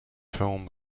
film